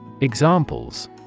Examples